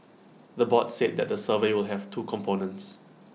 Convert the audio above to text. the board said that the survey will have two components